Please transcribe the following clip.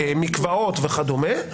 מקוואות וכדומה,